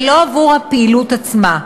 ולא עבור הפעילות עצמה.